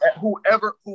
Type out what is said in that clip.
Whoever